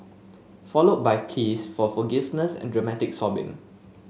followed by pees for forgiveness and dramatic sobbing